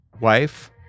wife